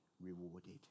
rewarded